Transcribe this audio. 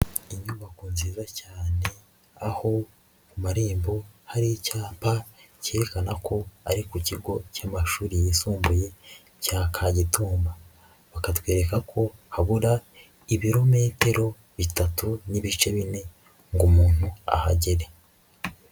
Inyubako nziza cyane aho mu marembo hari icyapa cyerekana ko ari ku kigo cy'amashuri yisumbuye cya Kagitumba, bakatwereka ko habura ibirometero bitatu n'ibice bine ngo umuntu ahagere.